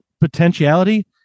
potentiality